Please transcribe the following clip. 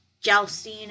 jousting